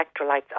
electrolytes